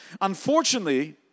Unfortunately